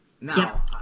Now